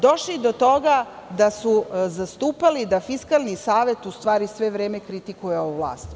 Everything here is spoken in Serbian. Došli su do toga da su zastupali da Fiskalni savet u stvari vreme kritikuje ovu vlast.